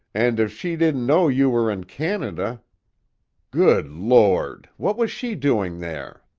and if she didn't know you were in canada good lord! what was she doing there?